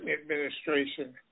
administration